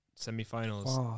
Semi-finals